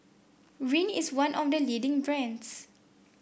rene is one of the leading brands